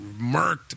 murked